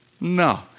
No